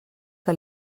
que